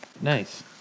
Nice